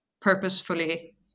purposefully